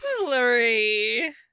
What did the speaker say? hillary